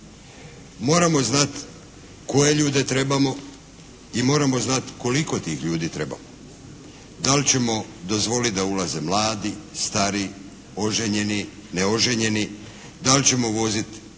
Moramo znati koje ljude trebamo i moramo znati koliko tih ljudi trebamo. Da li ćemo dozvoliti da ulaze mladi, stari, oženjeni, neoženjeni, da li ćemo uvoziti